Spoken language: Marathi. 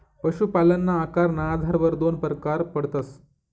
पशुपालनना आकारना आधारवर दोन परकार पडतस